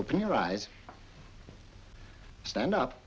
open your eyes stand up